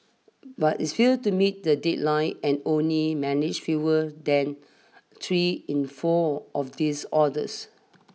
but it's failed to meet the deadline and only managed fewer than three in four of these orders